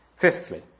fifthly